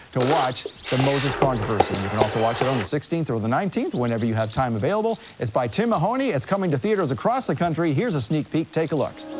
to watch the moses controversy. and you can also watch it on the sixteenth or the nineteenth, whenever you have time available. it's by tim mahoney, it's coming to theaters across the country, here's a sneak peek, take a look.